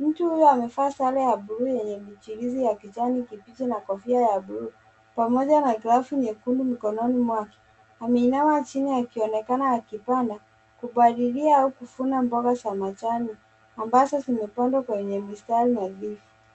Mtu huyo anevaa sare ya bluu yenye michimizi ya kijani kibichi na kofia ya bluu pamoja na glavu nyekundu mkononi mwake, ame inama chini aki onekana aki panda, kupalilia au kuvuna bonga za majani ambazo zimepangwa kwenye mistari nadhifu.